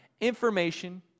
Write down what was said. information